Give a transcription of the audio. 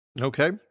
Okay